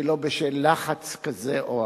שלא בשל לחץ כזה או אחר.